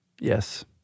Yes